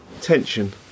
tension